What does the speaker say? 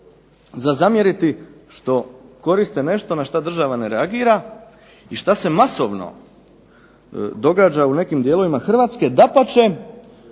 za zamjeriti što koriste nešto na šta država ne reagira i šta se masovno događa u nekim dijelovima Hrvatske. Dapače